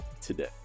today